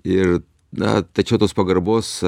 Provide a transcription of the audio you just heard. ir na tačiau tos pagarbos